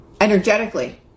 energetically